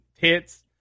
tits